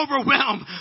overwhelmed